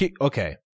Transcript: Okay